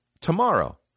tomorrow